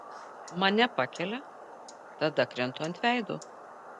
mane pakelia tada krentu ant veido